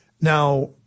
Now